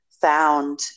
found